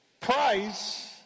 price